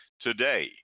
today